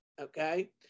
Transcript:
okay